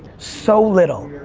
so little,